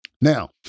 Now